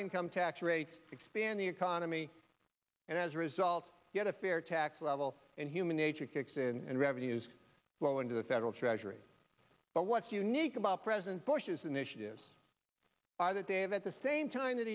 cut income tax rates expand the economy and as a result get a fair tax level and human nature kicks in and revenues go into the federal treasury but what's unique about president bush's initiatives are that dave at the same time that